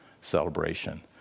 celebration